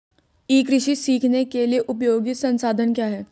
ई कृषि सीखने के लिए उपयोगी संसाधन क्या हैं?